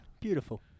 Beautiful